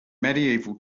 medieval